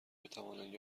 بتوانند